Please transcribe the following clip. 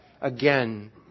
again